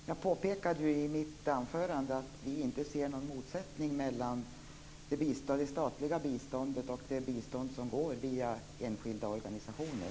Herr talman! Jag påpekade i mitt anförande att vi inte ser någon motsättning mellan det statliga biståndet och det bistånd som går via enskilda organisationer.